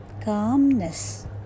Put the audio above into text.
calmness